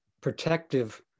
protective